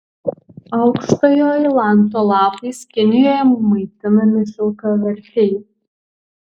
aukštojo ailanto lapais kinijoje maitinami šilkaverpiai